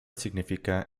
significa